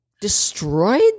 destroyed